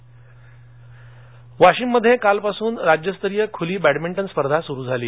वाशीम वाशिममध्ये कालपासून राज्यस्तरीय खूली बॅंडमिंटन स्पर्धा सुरू झाली